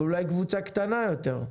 אבל אולי קבוצה קטנה יותר.